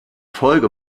folge